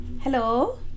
Hello